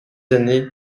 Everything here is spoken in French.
années